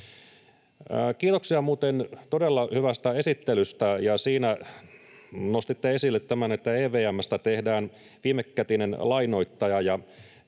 Kiitoksia muuten todella hyvästä esittelystä. Siinä nostitte esille tämän, että EVM:stä tehdään viimekätinen lainoittaja.